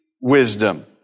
wisdom